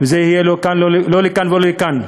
וזה יהיה לא לכאן ולא לכאן.